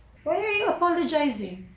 why are you apologizing?